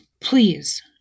Please